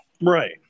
right